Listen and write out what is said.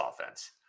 offense